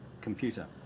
computer